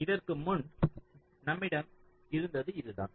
இதற்கு முன்பு நம்மிடம் இருந்தது இதுதான்